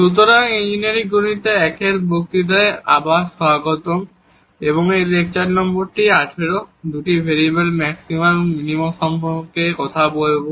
সুতরাং ইঞ্জিনিয়ারিং গণিত 1 এর বক্তৃতায় আবার স্বাগতম এবং এই লেকচার নম্বর 18 দুটি ভেরিয়েবলের ম্যাক্সিমা এবং মিনিমা ফাংশন সম্পর্কে কথা বলবে